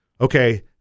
Okay